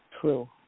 True